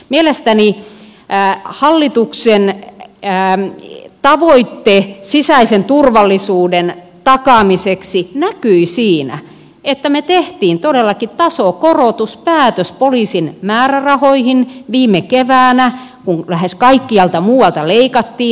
mielestäni hallituksen tavoite sisäisen turvallisuuden takaamiseksi näkyi siinä että me teimme todellakin tasokorotuspäätöksen poliisin määrärahoihin viime keväänä kun lähes kaikkialta muualta leikattiin